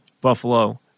Buffalo